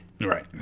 right